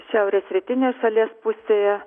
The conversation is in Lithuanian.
šiaurės rytinės šalies pusėje